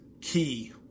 key